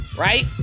Right